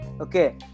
Okay